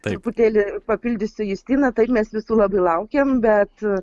truputėlį papildysiu justina taip mes visų labai laukėm bet